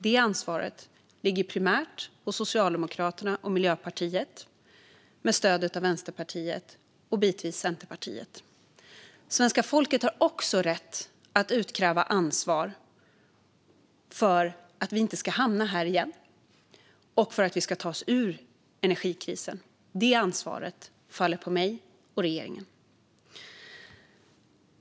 Det ansvaret ligger primärt på Socialdemokraterna och Miljöpartiet, med stöd av Vänsterpartiet och bitvis Centerpartiet. Svenska folket har också rätt att utkräva ansvar för att Sverige inte ska hamna här igen och för att Sverige ska ta sig ur energikrisen. Det ansvaret faller på mig och regeringen.